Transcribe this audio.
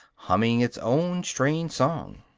humming its own strange song.